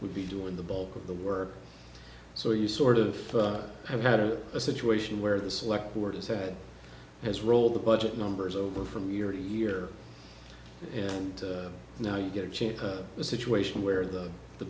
would be doing the bulk of the work so you sort of have had a situation where the select board has had his role the budget numbers over from ear to ear and now you get a chance a situation where the the